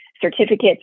certificates